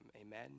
Amen